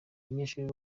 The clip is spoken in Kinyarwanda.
abanyeshuri